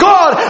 God